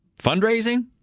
Fundraising